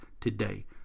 today